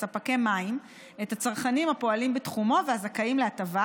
ספקי מים את הצרכנים הפועלים בתחומם והזכאים להטבה,